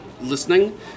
listening